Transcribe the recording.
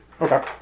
Okay